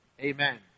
Amen